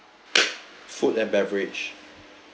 food and beverage